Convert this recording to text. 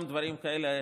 גם דברים כאלה,